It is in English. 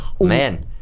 Man